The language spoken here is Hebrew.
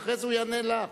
ואחרי זה הוא יענה לך.